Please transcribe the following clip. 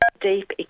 deep